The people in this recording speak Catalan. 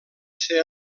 ser